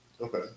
okay